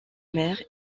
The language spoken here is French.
mer